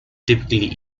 typically